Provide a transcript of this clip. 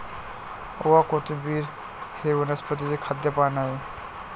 ओवा, कोथिंबिर हे वनस्पतीचे खाद्य पान आहे